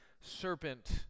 serpent